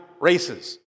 Races